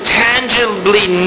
tangibly